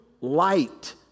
light